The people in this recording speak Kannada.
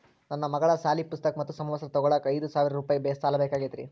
ನನ್ನ ಮಗಳ ಸಾಲಿ ಪುಸ್ತಕ್ ಮತ್ತ ಸಮವಸ್ತ್ರ ತೊಗೋಳಾಕ್ ಐದು ಸಾವಿರ ರೂಪಾಯಿ ಸಾಲ ಬೇಕಾಗೈತ್ರಿ